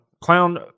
Clown